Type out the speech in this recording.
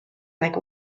like